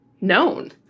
known